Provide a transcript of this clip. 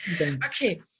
Okay